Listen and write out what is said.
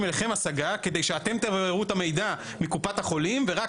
אליכם השגה כדי שאתם תבררו את המידע מקופת החולים ורק